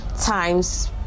times